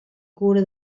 cura